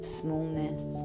smallness